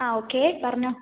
ആ ഓക്കെ പറഞ്ഞോളൂ